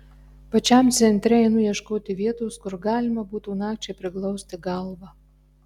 pačiam centre einu ieškoti vietos kur galima būtų nakčiai priglausti galvą